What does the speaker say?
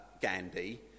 Gandhi